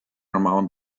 amount